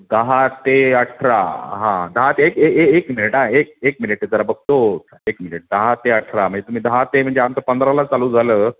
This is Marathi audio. दहा ते अठरा हां दहा ते एक मिनिट हां एक मिनिट जरा बघतो एक मिनिट दहा ते अठरा म्हणजे तुम्ही दहा ते म्हणजे आमचं पंधराला चालू झालं